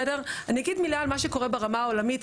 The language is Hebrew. אני אגיד מילה על מה שקורה ברמה העולמית,